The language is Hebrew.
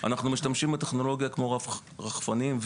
אנחנו משתמשים בטכנולוגיה כמו למשל רחפנים.